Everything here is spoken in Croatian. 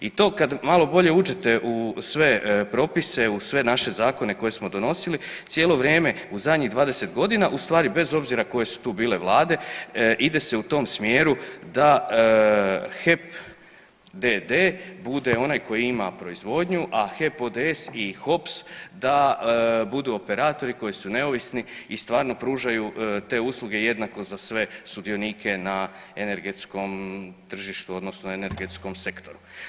I to kad malo bolje uđete u sve propise, u sve naše zakone koje smo donosili cijelo vrijeme u zadnjih 20.g. u stvari bez obzira koje su tu bile vlade ide se u tom smjeru da HEP d.d. bude onaj koji ima proizvodnju, a HEP ODS i HOPS da budu operatori koji su neovisni i stvarno pružaju te usluge jednako za sve sudionike na energetskom tržištu odnosno energetskom sektoru.